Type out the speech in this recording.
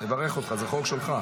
לברך אותך, זה חוק שלך.